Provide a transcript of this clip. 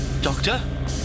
Doctor